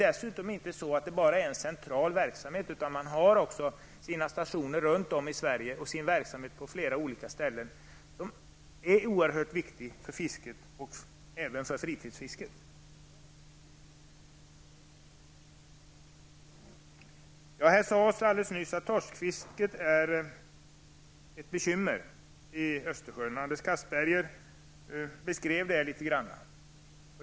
Dessutom är det inte bara en central verksamhet, utan man har också sina stationer runt om i Sverige och verksamhet på flera olika ställen som är oerhört viktig för fisket, även för fritidsfisket. Här sades alldeles nyss att torskfisket är ett bekymmer i Östersjön. Anders Castberger beskrev det litet grand.